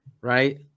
right